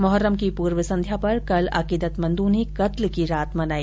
मोहर्रम की पूर्व संध्या पर कल अकीदतमंदों ने कत्ल की रात मनाई